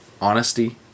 honesty